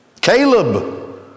Caleb